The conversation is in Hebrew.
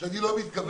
שאני לא מתכוון